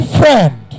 friend